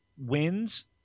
wins